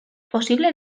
posible